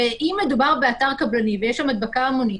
אם מדובר באתר קבלני ויש שם הדבקה המונית,